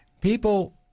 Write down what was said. people